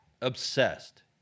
obsessed